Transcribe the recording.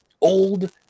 old